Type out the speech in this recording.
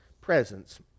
presence